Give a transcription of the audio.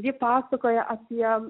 ji pasakoja apie